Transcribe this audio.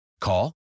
Call